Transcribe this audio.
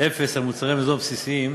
מע"מ אפס על מוצרי מזון בסיסיים,